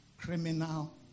criminal